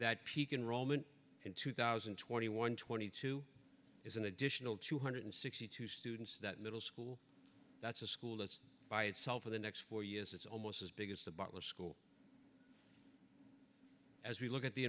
roman in two thousand and twenty one twenty two is an additional two hundred sixty two students that middle school that's a school that's by itself for the next four years it's almost as big as the butler school as we look at the